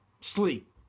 Sleep